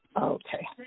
Okay